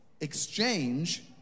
exchange